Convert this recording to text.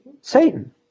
Satan